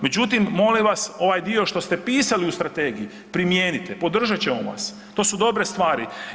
Međutim, molim vas ovaj dio što ste pisali u strategiji primijenite, podržat ćemo vas, to su dobre stvari.